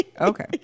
Okay